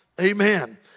Amen